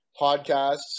podcasts